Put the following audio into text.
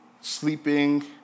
Sleeping